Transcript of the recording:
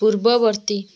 ପୂର୍ବବର୍ତ୍ତୀ